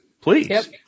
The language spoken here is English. please